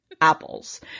apples